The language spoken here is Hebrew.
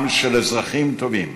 עם של אזרחים טובים,